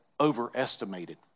overestimated